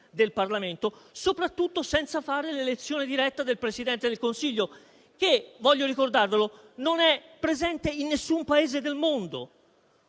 del Parlamento e soprattutto senza fare l'elezione diretta del Presidente del Consiglio, che - voglio ricordarvelo - non è presente in nessun Paese del mondo.